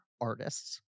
artists